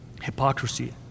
hypocrisy